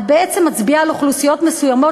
את בעצם מצביעה על אוכלוסיות מסוימות